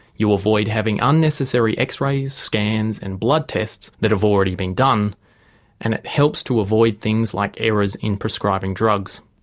you avoid having unnecessary x-rays, scans and blood tests that have already been done and it helps to avoid things like errors in prescribing drugs.